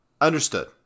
Understood